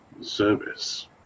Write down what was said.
service